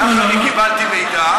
כך אני קיבלתי מידע.